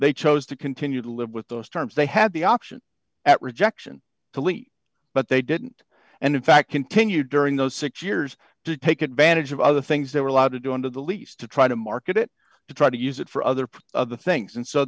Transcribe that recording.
they chose to continue to live with those terms they had the option at rejection to leave but they didn't and in fact continued during those six years to take advantage of other things they were allowed to do under the lease to try to market it to try to use it for other other things and so